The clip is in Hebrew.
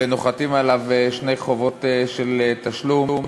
ונוחתות עליו שתי חובות של תשלום: